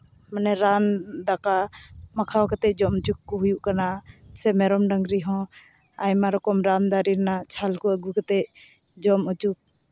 ᱢᱟᱱᱮ ᱨᱟᱱ ᱫᱟᱠᱟ ᱢᱟᱠᱷᱟᱣ ᱠᱟᱛᱮᱫ ᱡᱚᱢ ᱦᱚᱪᱚ ᱠᱚ ᱦᱩᱭᱩᱜ ᱠᱟᱱᱟ ᱥᱮ ᱢᱮᱨᱚᱢ ᱰᱟᱹᱝᱨᱤ ᱦᱚᱸ ᱟᱭᱢᱟ ᱨᱟᱱ ᱫᱟᱨᱮ ᱨᱮᱱᱟᱜ ᱪᱷᱟᱞ ᱠᱚ ᱟᱹᱜᱩ ᱠᱟᱛᱮᱫ ᱡᱚᱢ ᱦᱚᱪᱚ